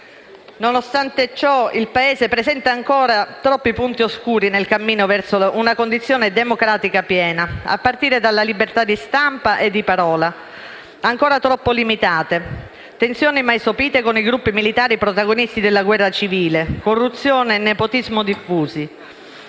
Nonostante ciò, il Paese presenta ancora troppi punti oscuri nel cammino verso una condizione democratica piena: libertà di stampa e di parola ancora troppo limitate, tensioni mai sopite con i gruppi militari protagonisti della guerra civile, corruzione e nepotismo diffusi.